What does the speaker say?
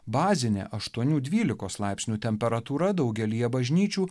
bazinė aštuonių dvylikos laipsnių temperatūra daugelyje bažnyčių